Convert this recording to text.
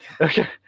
Okay